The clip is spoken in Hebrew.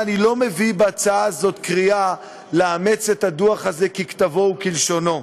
אני לא מביא בהצעה הזאת קריאה לאמץ את הדוח הזה ככתבו וכלשונו.